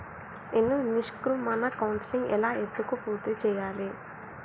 నేను నిష్క్రమణ కౌన్సెలింగ్ ఎలా ఎందుకు పూర్తి చేయాలి?